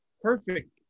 perfect